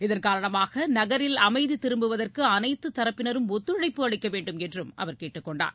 இதன்காரணமாக நகரில் அமைதி திரும்புவதற்கு அனைத்து தரப்பினரும் ஒத்துழைப்பு அளிக்கவேண்டும் என்றும் அவர் கேட்டுக்கொண்டார்